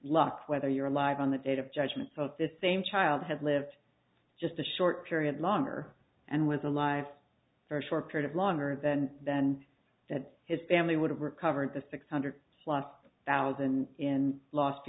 luck whether you're alive on the date of judgements of the same child had lived just a short period longer and was alive for a short period longer than than that his family would have recovered the six hundred plus thousand in lost